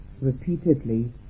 repeatedly